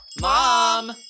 Mom